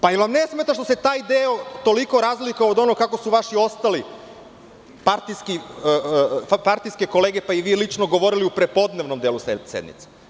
Da li vam ne smeta što se taj deo toliko razlikuje od onoga kako su vaše ostale partijske kolege pa i vi lično govorili u prepodnevnom delu sednice?